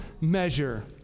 measure